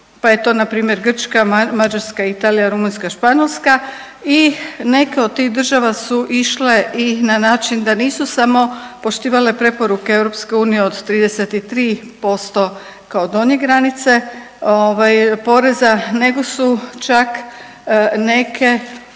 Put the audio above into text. pa je to npr. Grčka, Mađarska, Italija, Rumunjska, Španjolska i neke od tih država su išle i na način da nisu samo poštivale preporuke EU od 33% kao donje granice ovaj poreza nego su čak neke